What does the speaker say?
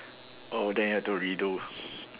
oh then have to redo